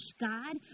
God